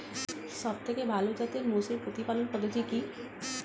সবথেকে ভালো জাতের মোষের প্রতিপালন পদ্ধতি কি?